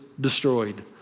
destroyed